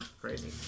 crazy